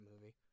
movie